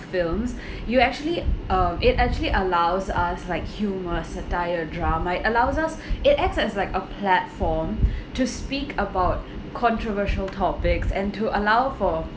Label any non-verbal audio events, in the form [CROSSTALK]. films [BREATH] you actually um it actually allows us like humor satire drama it allows us [BREATH] it acts as like a platform [BREATH] to speak about [BREATH] controversial topics and to allow for